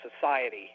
society